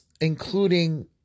including